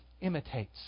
imitates